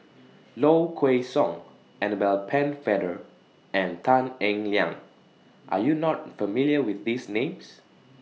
Low Kway Song Annabel Pennefather and Tan Eng Liang Are YOU not familiar with These Names